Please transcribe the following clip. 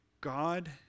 God